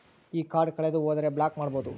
ಈ ಕಾರ್ಡ್ ಕಳೆದು ಹೋದರೆ ಬ್ಲಾಕ್ ಮಾಡಬಹುದು?